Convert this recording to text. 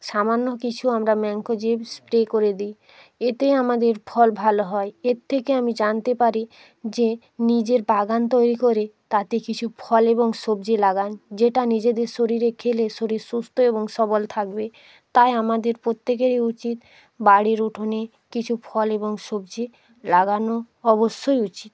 সামান্য কিছু আমরা ম্যানকোযেব স্প্রে করে দিই এতে আমাদের ফল ভালো হয় এর থেকে আমি জানতে পারি যে নিজের বাগান তৈরি করে তাতে কিছু ফল এবং সবজি লাগান যেটা নিজেদের শরীরে খেলে শরীর সুস্থ এবং সবল থাকবে তাই আমাদের প্রত্যেকেরই উচিত বাড়ির উঠোনে কিছু ফল এবং সবজি লাগানো অবশ্যই উচিত